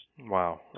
Wow